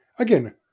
Again